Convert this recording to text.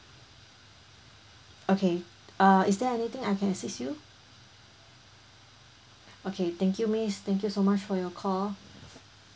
okay uh is there anything I can assist you okay thank you miss thank you so much for your call